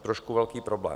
Trošku velký problém.